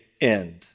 end